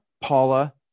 Paula